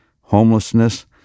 homelessness